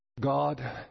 God